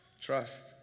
Trust